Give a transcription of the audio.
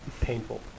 Painful